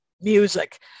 music